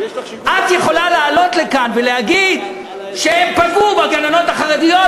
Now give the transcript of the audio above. את יכולה לעלות לכאן ולהגיד שהם פגעו בגננות החרדיות,